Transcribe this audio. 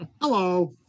Hello